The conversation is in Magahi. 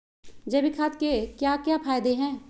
जैविक खाद के क्या क्या फायदे हैं?